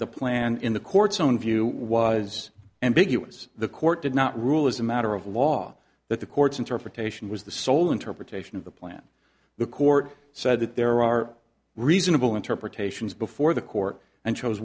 the plan in the court's own view was ambiguous the court did not rule as a matter of law that the court's interpretation was the sole interpretation of the plan the court said that there are reasonable interpretations before the court and chose